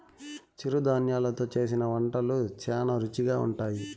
చిరుధాన్యలు తో చేసిన వంటలు శ్యానా రుచిగా ఉంటాయి